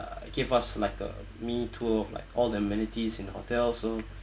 gave us like a mini tour like all the amenities in the hotel so